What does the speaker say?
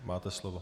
Máte slovo.